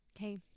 okay